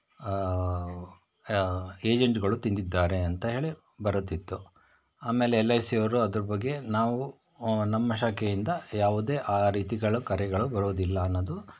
ಏಜೆಂಟ್ಗಳು ತಿಂದಿದ್ದಾರೆ ಅಂತ ಹೇಳಿ ಬರುತ್ತಿತ್ತು ಆಮೇಲೆ ಎಲ್ ಐ ಸಿಯವರು ಅದ್ರ ಬಗ್ಗೆ ನಾವು ನಮ್ಮ ಶಾಖೆಯಿಂದ ಯಾವುದೇ ಆ ರೀತಿಗಳು ಕರೆಗಳು ಬರೋದಿಲ್ಲ ಅನ್ನೋದು